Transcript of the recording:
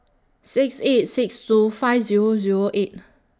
six eight six two five Zero Zero eight